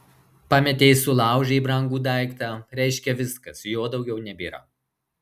pametei sulaužei brangų daiktą reiškia viskas jo daugiau nebėra